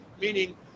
meaning